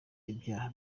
ibyaha